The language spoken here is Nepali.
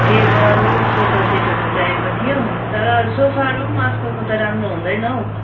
टेबल सोफासेटहरू चाहिएको थियो तर सोफाहरू पनि आजकलको त राम्रो हुँदैन हौ